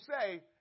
say